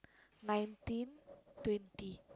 nineteen twenty